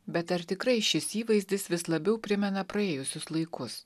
bet ar tikrai šis įvaizdis vis labiau primena praėjusius laikus